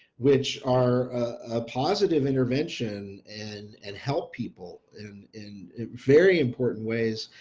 which are ah positive intervention and and help people in in very important ways.